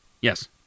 Yes